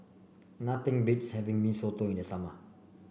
nothing beats having Mee Soto in the summer